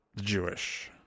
Jewish